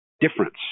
difference